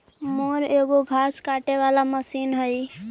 mower एगो घास काटे वाला मशीन हई